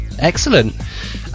excellent